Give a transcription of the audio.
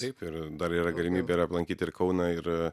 taip ir dar yra galimybė ir aplankyti ir kauną ir